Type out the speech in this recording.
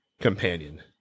companion